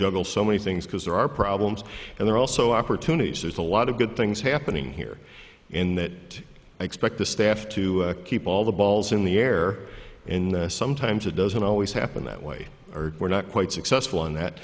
juggle so many things because there are problems and there are also opportunities there's a lot of good things happening here in that i expect the staff to keep all the balls in the air in this sometimes it doesn't always happen that way or we're not quite successful in that